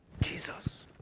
Jesus